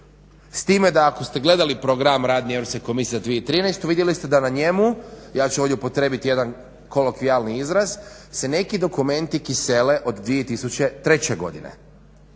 S time da ako ste gledali program radnje Europske komisije za 2013.vidjeli ste da na njemu, ja ću ovdje upotrijebit jedan kolokvijalni izraz se neki dokumenti kisele od 2003.godine